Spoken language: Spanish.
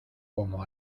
como